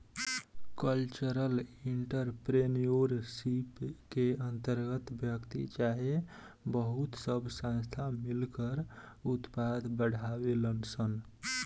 cultural entrepreneurship के अंतर्गत व्यक्ति चाहे बहुत सब संस्थान मिलकर उत्पाद बढ़ावेलन सन